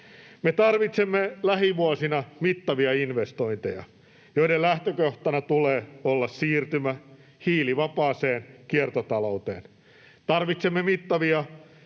Me tarvitsemme lähivuosina mittavia investointeja, joiden lähtökohtana tulee olla siirtymä hiilivapaaseen kiertotalouteen. Tarvitsemme mittavia